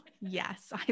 Yes